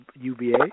UVA